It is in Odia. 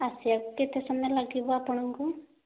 ଆଚ୍ଛା କେତେ ସମୟ ଲାଗିବ ଆପଣଙ୍କୁ